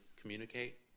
communicate